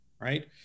right